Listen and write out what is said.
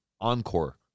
encore